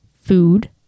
food